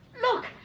Look